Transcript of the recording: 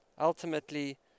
Ultimately